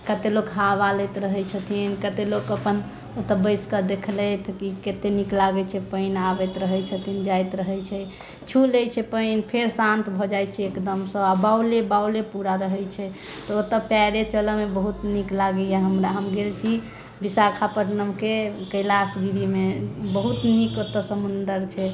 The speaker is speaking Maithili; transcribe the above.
कते लोक हावा लैत रहै छथिन कते लोक अपन ओतऽ बसि के देखलथि कि कते नीक लागै छै पानि आबैत रहै छथिन जाइत रहै छै छू लै छै पानि फेर शान्त भऽ जाइ छै एकदमसँ बाउले बाउले पूरा रहै छै तऽ ओतऽ पैरे चलऽ मे बहुत नीक लागैए हमरा हम गेल छी विशाखापट्टनम के कैलाश गिरी मे बहुत नीक ओतऽ समुन्दर छै